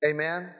Amen